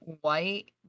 White